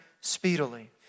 speedily